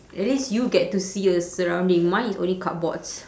at least you get to see the surrounding mine is only cardboards